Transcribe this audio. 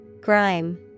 Grime